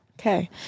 Okay